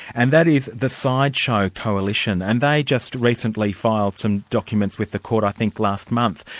and that is the sideshow coalition, and they just recently filed some documents with the court i think last month.